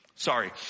Sorry